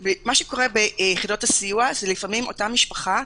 ביחידות הסיוע לפעמים אותה משפחה,